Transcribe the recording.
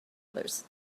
others